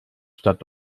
stadt